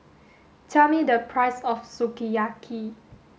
tell me the price of Sukiyaki